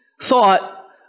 thought